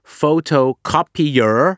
photocopier